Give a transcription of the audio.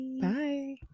Bye